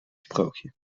sprookje